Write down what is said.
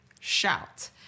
shout